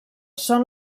són